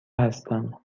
هستم